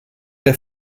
der